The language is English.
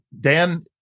Dan